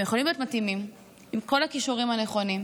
הם יכולים להיות מתאימים, עם כל הכישורים הנכונים,